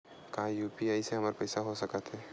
का यू.पी.आई से हमर पईसा हो सकत हे?